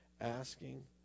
asking